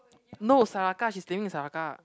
no Saraca she's staying with Saraca